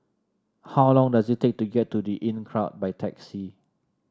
how long does it take to get to The Inncrowd by taxi